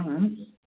हाँ